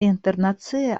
internacie